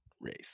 race